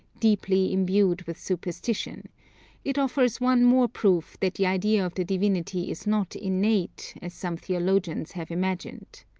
deeply imbued with superstition it offers one more proof that the idea of the divinity is not innate, as some theologians have imagined.